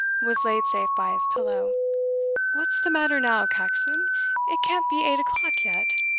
was laid safe by his pillow what's the matter now, caxon it can't be eight o'clock yet.